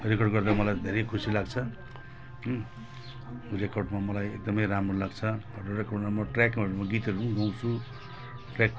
record गर्दा मलाई धेरै खुसी लाग्छ रेकर्डमा मलाई एकदमै राम्रो लाग्छ रेकर्डमा म ट्रेकहरूमा गीतहरूम गाउँछु ट्रेक